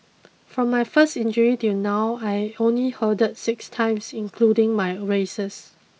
from my first injury till now I only hurdled six times including my races